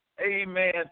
Amen